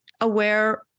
aware